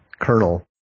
Colonel